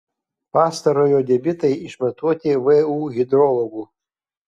pastarojo debitai išmatuoti vu hidrologų